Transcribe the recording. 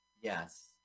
Yes